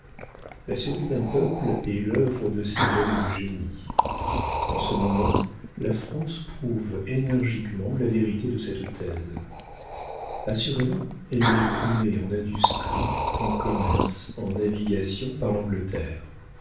la survie d'un peuple est l'œuvre de ses hommes de génie en ce moment la france prouve énergiquement la vérité de cette thèse assurément elle est primée en industrie en commerce en navigation par l'angleterre